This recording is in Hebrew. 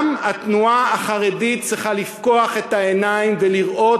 גם התנועה החרדית צריכה לפקוח את העיניים ולראות